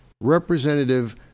Representative